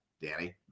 Danny